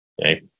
Okay